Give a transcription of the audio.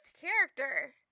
character